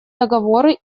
договоры